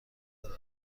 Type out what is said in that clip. دارد